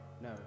no